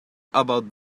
about